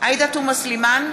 עאידה תומא סלימאן,